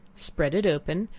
spread it open,